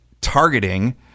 targeting